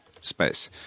space